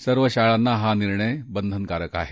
सर्व शाळांना हा निर्णय बंधनकारक आहे